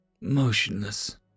motionless